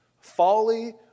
Folly